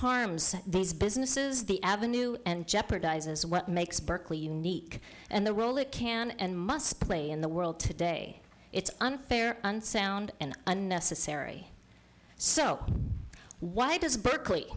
harms these businesses the avenue and jeopardizes what makes berkeley unique and the role it can and must play in the world today it's unfair unsound and unnecessary so why does berkeley